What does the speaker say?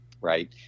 right